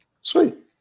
sweet